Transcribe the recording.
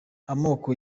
amoko